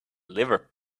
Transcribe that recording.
liver